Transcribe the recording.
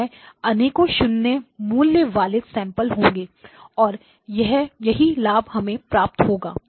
अतः अनेकों शून्य मूल्य वाले सैंपल होंगे और यही लाभ हमें प्राप्त होगा